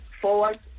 forward